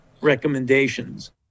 recommendations